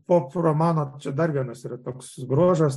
pop romano dar vienas yra toks bruožas